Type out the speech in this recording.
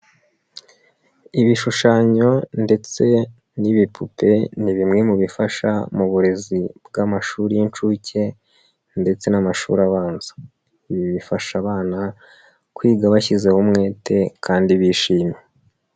Ibishushanyo ndetse n'ibipupe ni bimwe mu bifasha mu burezi bw'amashuri y'inshuke ndetse n'amashuri abanza, ibi bifasha abana kwiga bashyizeho umwete kandi bishimye.